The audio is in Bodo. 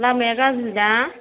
लामाया गाज्रि दा